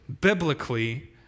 biblically